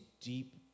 deep